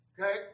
okay